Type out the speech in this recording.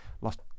lost